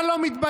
אתה לא מתבייש?